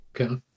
Okay